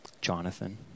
Jonathan